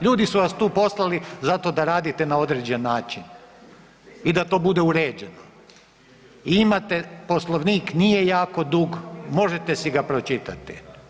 Ljudi su vas tu poslali zato da radite na određen način i da to bude uređeno i imate Poslovnik, nije jako dug, možete si ga pročitati.